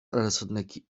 arasındaki